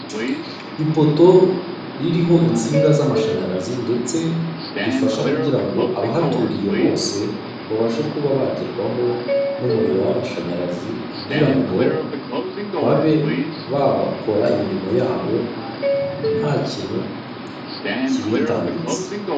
Ipoto ririho insinga z'amashanyarazi ndetse rifasha kugira ngo abahaturiye bose babashe kuba bagerwaho n'umuriro w'amashanyarazi kugira ngo babe bakora imirimo yabo nta kintu kibitambitse.